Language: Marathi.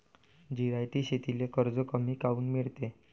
जिरायती शेतीले कर्ज कमी काऊन मिळते?